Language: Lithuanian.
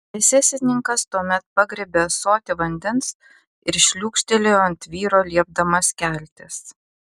esesininkas tuomet pagriebė ąsotį vandens ir šliūkštelėjo ant vyro liepdamas keltis